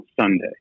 Sunday